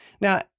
Now